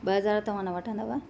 ॿ हज़ार तव्हां न वठंदव